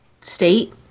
state